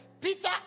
Peter